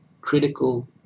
critical